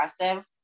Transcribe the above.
aggressive